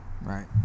right